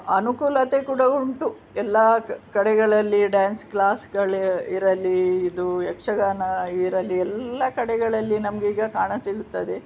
ಅನುಕೂಲತೆ ಕೂಡ ಉಂಟು ಎಲ್ಲ ಕ ಕಡೆಗಳಲ್ಲಿ ಡ್ಯಾನ್ಸ್ ಕ್ಲಾಸ್ಗಳೇ ಇರಲಿ ಇದು ಯಕ್ಷಗಾನ ಇರಲಿ ಎಲ್ಲ ಕಡೆಗಳಲ್ಲಿ ನಮ್ಗೆ ಈಗ ಕಾಣಸಿಗುತ್ತದೆ